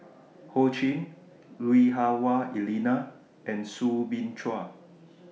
Ho Ching Lui Hah Wah Elena and Soo Bin Chua